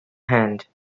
hand